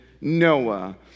Noah